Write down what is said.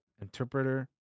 Interpreter